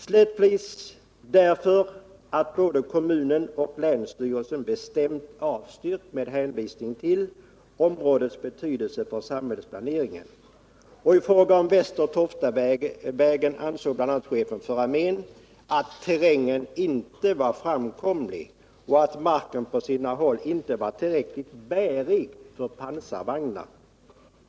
Slättflis hade både kommunen och länsstyrelsen bestämt avstyrkt med hänvisning till områdets betydelse för samhällsplaneringen. I fråga om Väster Toftavägen ansåg bl.a. chefen för armén att terrängen inte var framkomlig och att marken på sina håll inte var tillräckligt bärig för pansarvagnar.